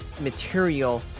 material